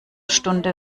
stunde